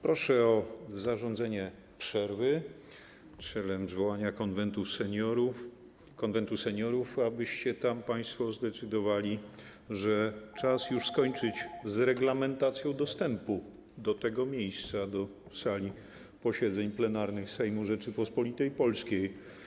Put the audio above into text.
Proszę o zarządzenie przerwy celem zwołania Konwentu Seniorów, abyście tam państwo zdecydowali o tym, że czas już skończyć z reglamentacją dostępu do tego miejsca, do sali posiedzeń plenarnych Sejmu Rzeczypospolitej Polskiej.